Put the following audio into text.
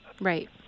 Right